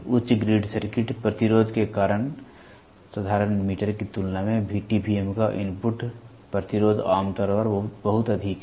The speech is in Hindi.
उच्च ग्रिड सर्किट प्रतिरोध के कारण साधारण मीटर की तुलना में VTVM का इनपुट प्रतिरोध आमतौर पर बहुत अधिक है